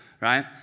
right